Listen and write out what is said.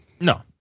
No